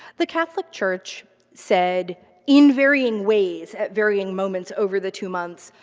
the catholic church said in varying ways, at varying moments over the two months,